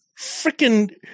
Freaking